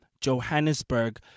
Johannesburg